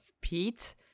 Pete